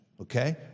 Okay